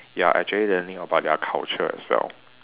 ya actually learning about their culture as well